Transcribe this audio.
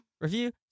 review